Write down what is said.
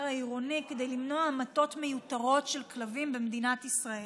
העירוני כדי למנוע המתות מיותרות של כלבים במדינת ישראל.